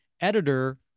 editor